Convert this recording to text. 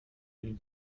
dem